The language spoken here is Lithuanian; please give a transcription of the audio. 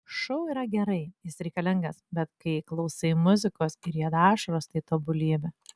šou yra gerai jis reikalingas bet kai klausai muzikos ir rieda ašaros tai tobulybė